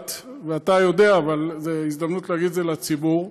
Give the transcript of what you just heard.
ואתה יודע, אבל זו הזדמנות להגיד את זה לציבור: